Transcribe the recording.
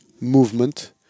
movement